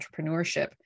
entrepreneurship